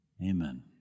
Amen